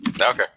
Okay